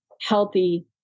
healthy